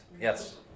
Yes